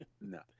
No